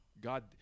God